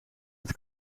het